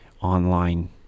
online